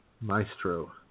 maestro